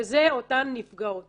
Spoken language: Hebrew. וזה אותן נפגעות